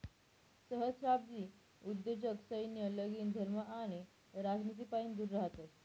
सहस्त्राब्दी उद्योजक सैन्य, लगीन, धर्म आणि राजनितीपाईन दूर रहातस